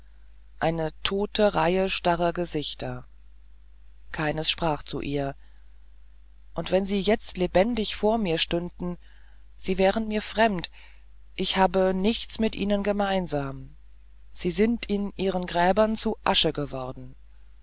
eine tote reihe starrer gesichter keines sprach zu ihr und wenn sie jetzt lebendig vor mir stünden sie wären mir fremd ich habe nichts mit ihnen gemeinsam sie sind in ihren gräbern zu asche geworden